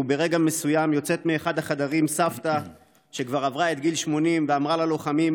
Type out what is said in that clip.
וברגע מסוים יוצאת מאחד החדרים סבתא שכבר עברה את גיל 80 ואמרה ללוחמים: